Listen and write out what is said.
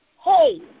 hey